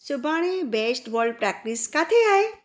सुभाणे baseball practice किते आए